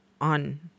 on